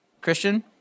Christian